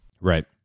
Right